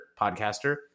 podcaster